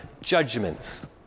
judgments